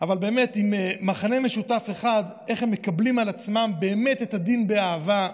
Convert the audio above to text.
אבל באמת עם מכנה משותף אחד: איך הם מקבלים על עצמם את הדין באמת באהבה,